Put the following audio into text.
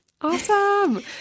awesome